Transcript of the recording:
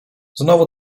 znowu